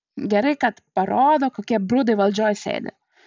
gerai kad parodo kokie brudai valdžioj sėdi